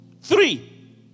Three